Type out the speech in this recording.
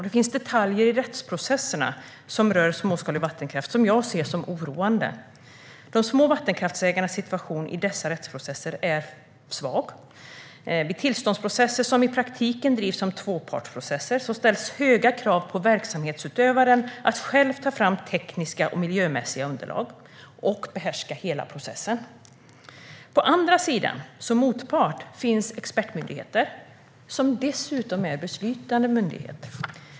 Det finns detaljer i rättsprocesserna som rör småskalig vattenkraft och som jag ser som oroande. Situationen för ägarna till den småskaliga vattenkraften i dessa rättsprocesser är svag. Vid tillståndsprocesser, som i praktiken drivs som tvåpartsprocesser, ställs höga krav på verksamhetsutövaren att själv ta fram tekniska och miljömässiga underlag och behärska hela processen. På andra sidan, som motpart, finns expertmyndigheter som dessutom är beslutande myndigheter.